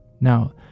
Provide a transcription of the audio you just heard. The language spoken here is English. Now